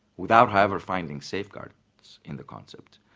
without however finding safeguards in the concepts,